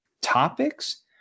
topics